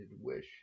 wish